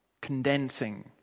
condensing